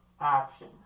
action